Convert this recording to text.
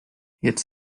jetzt